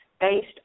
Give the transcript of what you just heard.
based